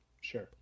Sure